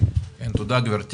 תודה גב'.